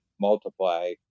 multiply